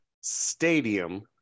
Stadium